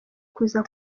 kuza